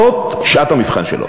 זאת שעת המבחן שלו.